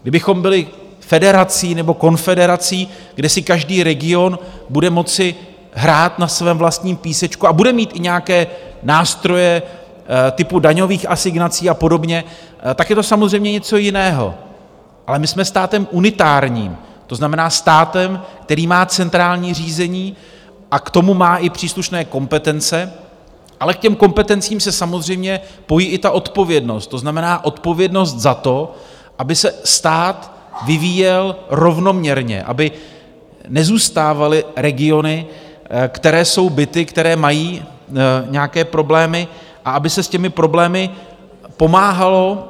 Kdybychom byli federací nebo konfederací, kde si každý region bude moci hrát na svém vlastním písečku a bude mít i nějaké nástroje typu daňových asignací a podobně, tak je to samozřejmě něco jiného, ale my jsme státem unitárním, to znamená státem, který má centrální řízení a k tomu má i příslušné kompetence, ale k těm kompetencím se samozřejmě pojí i odpovědnost, to znamená odpovědnost za to, aby se stát vyvíjel rovnoměrně, aby nezůstávaly regiony, které jsou bity, které mají nějaké problémy, a aby se s těmi problémy pomáhalo.